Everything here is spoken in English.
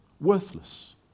worthless